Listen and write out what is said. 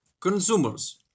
Consumers